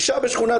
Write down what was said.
שלחתם